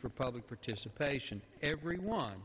for public participation everyone